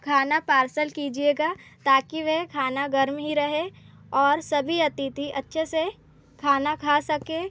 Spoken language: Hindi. खाना पार्सल कीजिएगा ताकि वह खाना गर्म ही रहे और सभी अतिथि अच्छे से खाना खा सकें